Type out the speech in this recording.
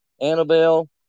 Annabelle